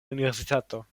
universitato